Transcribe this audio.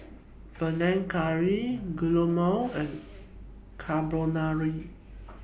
Panang Curry Guacamole and Carbonara